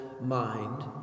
mind